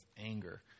anger